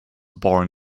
born